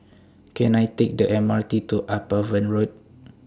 Can I Take The M R T to Upavon Road